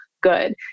good